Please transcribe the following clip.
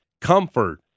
comfort